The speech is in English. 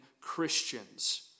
Christians